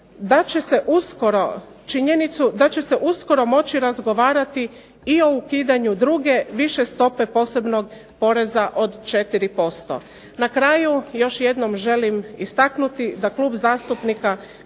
da će se uskoro moći razgovarati i o ukidanju druge, više stope posebnog poreza od 4%. Na kraju, još jednom želim istaknuti da Klub zastupnika